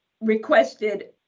requested